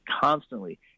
constantly